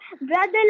Brother